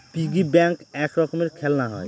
piggy bank এক রকমের খেলনা হয়